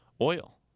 oil